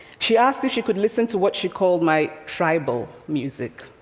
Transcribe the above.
she asked if she could listen to what she called my tribal music,